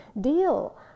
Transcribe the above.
deal